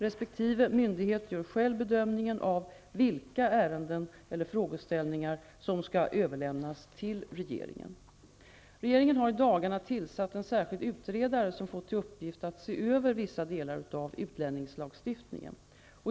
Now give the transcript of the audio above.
Resp. myndighet gör själv bedömningen av vilka ärenden/frågeställningar som skall överlämnas till regeringen. Regeringen har i dagarna tillsatt en särskild utredare som fått till uppgift att se över vissa delar av utlänningslagstiftningen.